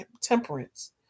temperance